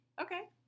Okay